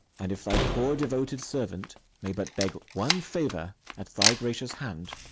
and if thy poor devoted servant may but beg one favour at thy gracious hand,